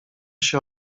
się